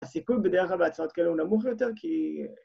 הסיכון בדרך כלל ‫בהצעות כאלה הוא נמוך יותר, כי...